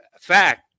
fact